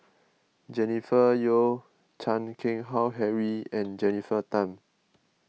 Jennifer Yeo Chan Keng Howe Harry and Jennifer Tham